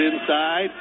inside